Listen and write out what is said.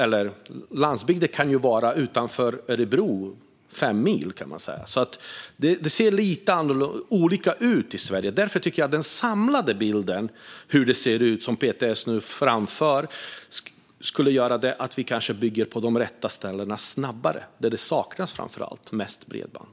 Landsbygden kan ju också vara fem mil utanför Örebro, så det ser lite olika ut i Sverige. Därför tycker jag att den samlade bild av hur det ut som PTS nu talar om borde kunna göra att vi snabbare bygger på de rätta ställena - där det saknas mest bredband.